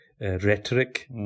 rhetoric